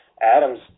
Adams